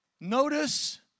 Notice